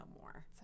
more